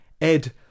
ed